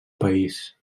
país